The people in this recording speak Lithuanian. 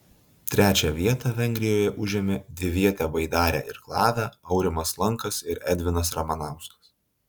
trečią vietą vengrijoje užėmė dvivietę baidarę irklavę aurimas lankas ir edvinas ramanauskas